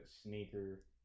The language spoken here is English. sneaker